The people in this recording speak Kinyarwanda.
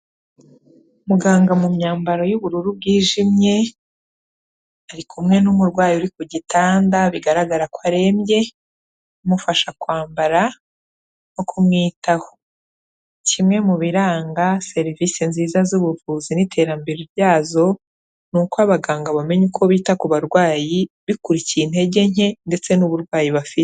Muganga mu myambaro y'ubururu bwijimye, ari kumwe n'umurwayi uri ku gitanda bigaragara ko arembye, amufasha kwambara no kumwitaho. Kimwe mu biranga serivisi nziza z'ubuvuzi n'iterambere ryazo, ni uko abaganga bamenya uko bita ku barwayi, bikurikiye intege nke ndetse n'uburwayi bafite.